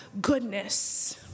goodness